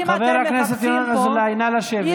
חבר הכנסת ינון אזולאי, נא לשבת.